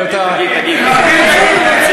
אבל אתה, תגיד, תגיד.